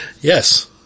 Yes